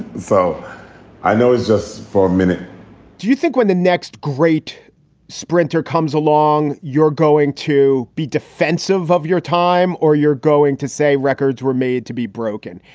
so i know it's just for a minute do you think when the next great sprinter comes along, you're going to be defensive of your time or you're going to say records were made to be broken?